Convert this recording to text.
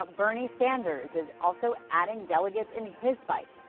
bernie sanders is also adding delegates in his fight,